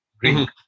drink